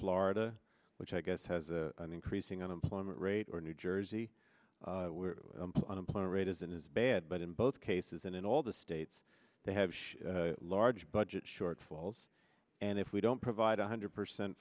florida which i guess has an increasing unemployment rate or new jersey unemployment rate isn't as bad but in both cases and in all the states they have large budget shortfalls and if we don't provide one hundred percent